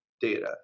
data